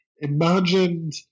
imagined